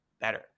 better